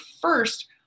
first